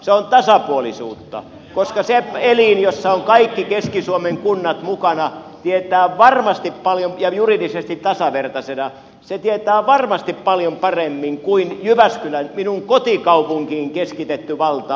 se on tasapuolisuutta koska se elin jossa ovat kaikki keski suomen kunnat mukana ja juridisesti tasavertaisina tietää varmasti paljon paremmin kuin jyväskylään minun kotikaupunkiini keskitetty valta